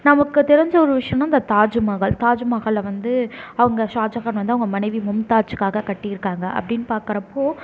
நமக்கு தெரிஞ்ச ஒரு விஷயம்னால் அந்த தாஜ்மஹால் தாஜ்மஹாலை வந்து அவங்க ஷாஜஹான் வந்து அவங்க மனைவி மும்தாஜுக்காக கட்டியிருக்காங்க அப்படின்னு பார்க்கிறப்போ